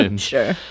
Sure